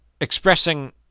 expressing